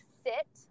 sit